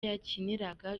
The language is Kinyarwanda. yakiniraga